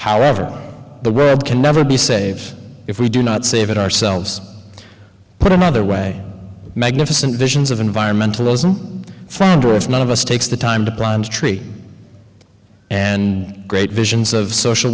however the world can never be saved if we do not save it ourselves put another way magnificent visions of environmentalism founder if none of us takes the time to plant a tree and great visions of social